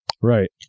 Right